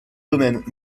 domaines